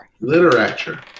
Literature